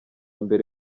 mbere